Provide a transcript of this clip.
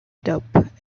dubbed